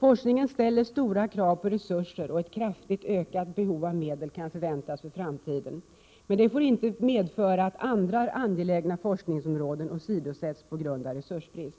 Forskningen ställer stora krav på resurser, och ett kraftigt ökat behov av medel kan förväntas för framtiden. Men det får inte medföra att andra angelägna forskningsområden åsidosätts på grund av resursbrist.